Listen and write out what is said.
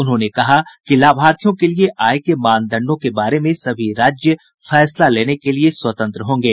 उन्होंने कहा कि लाभार्थियों के लिये आय के मानदंडों के बारे में सभी राज्य फैसला लेने के लिये स्वतंत्र होंगे